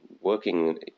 working